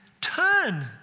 Turn